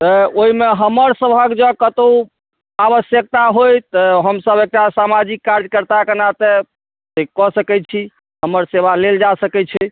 ओहिमे हमरसभक जँ कतहु आवश्यकता होइ तऽ हमसभ ओतय सामाजिक कार्यकर्ताके नाते कऽ सकैत छी हमर सेवा लेल जा सकैत छै